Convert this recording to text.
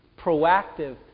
proactive